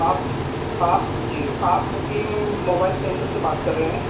آپ آپ جی آپ مقیم موبائل سینٹر سے بات کر رہے ہیں